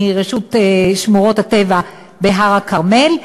מרשות שמורות הטבע בהר-הכרמל,